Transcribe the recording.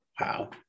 Wow